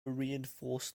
reinforced